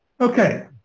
Okay